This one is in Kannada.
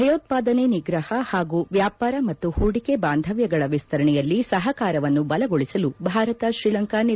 ಭಯೋತ್ವಾದನೆ ನಿಗ್ರಹ ಹಾಗೂ ವ್ಯಾಪಾರ ಮತ್ತು ಹೂಡಿಕೆ ಬಾಂಧವ್ಯಗಳ ವಿಸ್ತರಣೆಯಲ್ಲಿ ಸಹಕಾರವನ್ನು ಬಲಗೊಳಿಸಲು ಭಾರತ ಶ್ರೀಲಂಕಾ ನಿರ್ಧಾರ